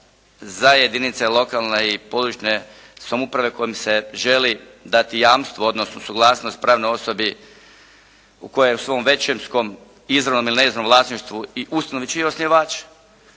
za jedinice lokalne i područne samouprave kojim se želi dati jamstvo, odnosno suglasnost pravnoj osobi koja je u svom većinskom izravnom ili neizravnom vlasništvu …/Govornik